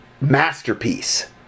Masterpiece